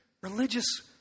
religious